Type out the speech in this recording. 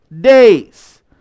days